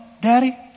Daddy